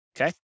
Okay